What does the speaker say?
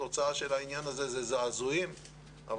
התוצאה של הדבר הזה היא זעזועים אבל